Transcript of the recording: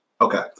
Okay